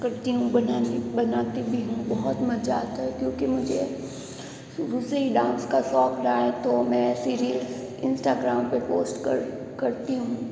करती हूँ बनाने बनाती भी हूँ बहुत मज़ा आता है क्योंकि मुझे शुरू से ही डांस का शौक़ रहा है तो मैं ऐसी रील्स इंस्टाग्राम पर पोस्ट कर करती हूँ